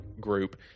group